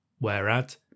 Whereat